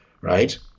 right